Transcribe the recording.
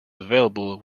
available